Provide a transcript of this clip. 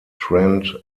trend